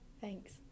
Thanks